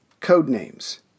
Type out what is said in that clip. Codenames